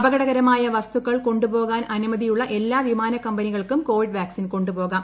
അപകടകരമായ വസ്തുക്കൾ കൊണ്ടുപോകാൻ അനുമതിയുള്ള എല്ലാ വിമാനകമ്പനികൾക്കും കോവിഡ് വാക്സിൻ കൊണ്ടുപോകാം